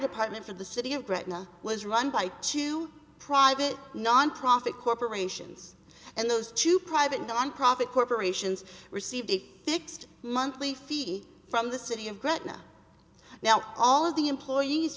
department for the city of gretna was run by two private nonprofit corporations and those two private nonprofit corporations received a fixed monthly fee from the city of gretna now all of the employees